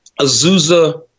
Azusa